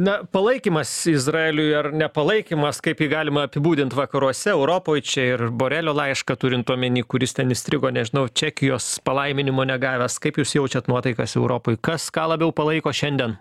na palaikymas izraeliui ar nepalaikymas kaip jį galima apibūdint vakaruose europoj čia ir borelio laišką turint omeny kur jis ten įstrigo nežinau čekijos palaiminimo negavęs kaip jūs jaučiat nuotaikas europoj kas ką labiau palaiko šiandien